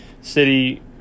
City